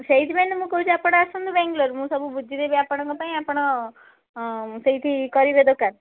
ସେଇଥିପାଇଁ ତ ମୁଁ କହୁଛି ଆପଣ ଆସନ୍ତୁ ବେଙ୍ଗଲୋର୍ ମୁଁ ସବୁ ବୁଝିଦେବି ଆପଣଙ୍କ ପାଇଁ ଆପଣ ସେଇଠି କରିବେ ଦୋକାନ